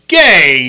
gay